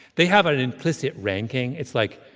they have an implicit ranking. it's like,